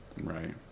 Right